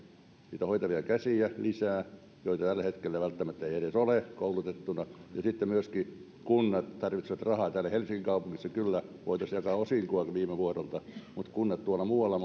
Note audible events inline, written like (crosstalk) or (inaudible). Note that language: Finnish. niitä hoitavia käsiä lisää joita tällä hetkellä välttämättä ei edes ole koulutettuna ja sitten myöskin kunnat tarvitsevat rahaa täällä helsingin kaupungissa kyllä voitaisiin jakaa osinkoakin viime vuodelta mutta kunnat tuolla muualla (unintelligible)